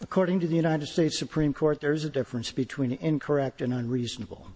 according to the united states supreme court there's a difference between incorrect and unreasonable